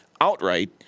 outright